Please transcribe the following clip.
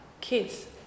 kids